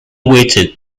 weighted